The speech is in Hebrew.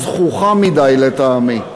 הזחוחה מדי לטעמי,